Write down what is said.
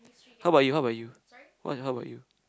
how ~bout you how ~bout what how ~bout you